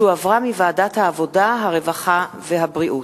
שהחזירה ועדת העבודה, הרווחה והבריאות.